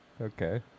Okay